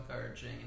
encouraging